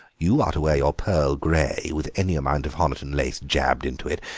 you are to wear your pearl grey, with any amount of honiton lace jabbed into it.